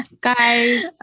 guys